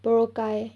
boracay